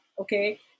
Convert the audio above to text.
okay